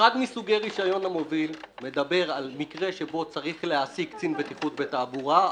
מסוגי רשיון המוביל מדבר על מקרה שבו צריך להעסיק קצין בטיחות בתעבורה,